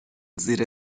زیر